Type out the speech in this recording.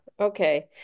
Okay